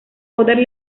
poder